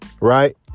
right